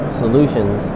solutions